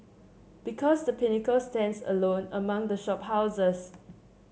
because The Pinnacle stands alone among the shop houses